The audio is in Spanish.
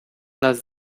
las